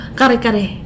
kare-kare